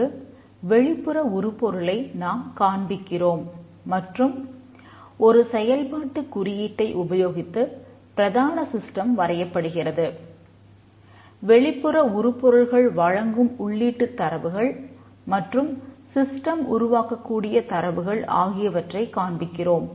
இங்கு வெளிப்புற உருப்பொருளை நாம் காண்பிக்கிறோம் மற்றும் ஒரு செயல்பாட்டுக் குறியீட்டை உபயோகித்து பிரதான சிஸ்டம் என அழைக்கிறோம்